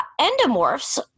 endomorphs